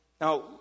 Now